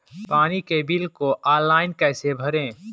पानी के बिल को ऑनलाइन कैसे भरें?